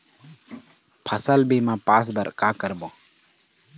फसल बीमा पास बर का करबो?